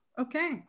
Okay